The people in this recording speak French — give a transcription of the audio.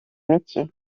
métier